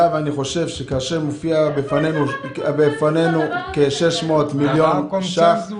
אני חושב שכאשר יש לפנינו נתון של 600 מיליון שקל,